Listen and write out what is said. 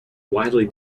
widely